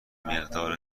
مقدار